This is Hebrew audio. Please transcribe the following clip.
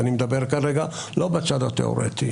לא בצד התיאורטי.